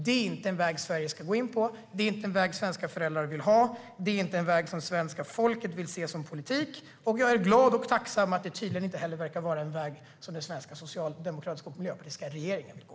Det är inte en väg Sverige ska gå. Det är inte en väg svenska föräldrar vill ha. Det är inte en väg som svenska folket vill se som politik. Jag är glad och tacksam över att det tydligen inte heller verkar vara en väg som den svenska socialdemokratiska och miljöpartistiska regeringen vill gå.